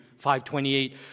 5.28